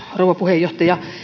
rouva puheenjohtaja